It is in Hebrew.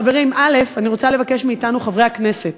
חברים, אני רוצה לבקש מאתנו, חברי הכנסת: